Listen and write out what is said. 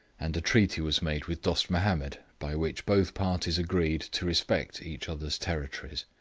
and a treaty was made with dost mahomed, by which both parties agreed to respect each other's territories.